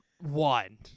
one